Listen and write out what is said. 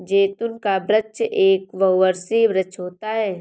जैतून का वृक्ष एक बहुवर्षीय वृक्ष होता है